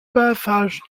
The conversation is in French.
passage